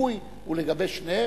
השיהוי הוא לגבי שניהם.